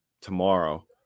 tomorrow